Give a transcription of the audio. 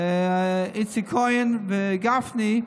איציק כהן וגפני,